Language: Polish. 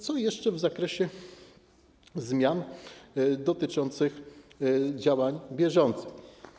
Co jeszcze w zakresie zmian dotyczących działań bieżących?